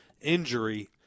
injury